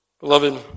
Beloved